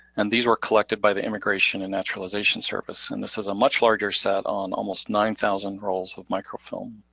and these were collected by the immigration and naturalization service, and this is a much larger set on almost nine thousand rolls of microfilm.